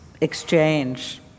exchange